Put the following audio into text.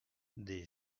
des